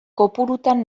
kopurutan